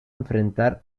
enfrentar